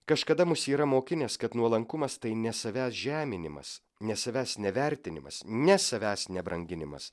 kažkada mus yra mokinęs kad nuolankumas tai ne savęs žeminimas ne savęs nevertinimas ne savęs nebranginimas